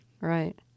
Right